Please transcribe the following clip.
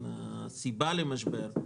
הסיבה למשבר,